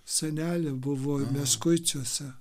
senelė buvo meškuičiuose